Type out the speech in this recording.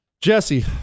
Jesse